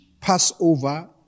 Passover